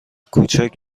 کوچک